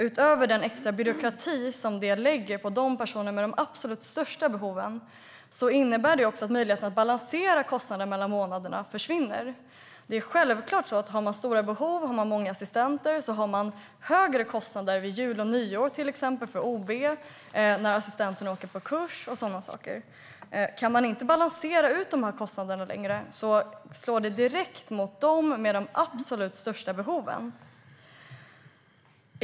Utöver den extra byråkrati som detta innebär för personer med de absolut största behoven gör det att möjligheten att balansera kostnader mellan månaderna försvinner. Det är självklart att om man har stora behov och har många assistenter har man högre kostnader, till exempel vid jul och nyår för OB, när assistenten åker på kurs etcetera. Om kostnaderna inte längre kan balanseras ut slår det direkt mot dem med de absolut största behoven.